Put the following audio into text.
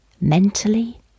mentally